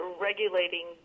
regulating